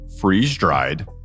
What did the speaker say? freeze-dried